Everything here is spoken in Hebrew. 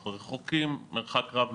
אנחנו רחוקים מרחק רב.